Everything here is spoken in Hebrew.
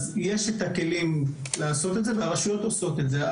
יש את הכלים לעשות את זה והרשויות עושות את זה.